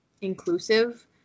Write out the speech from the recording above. inclusive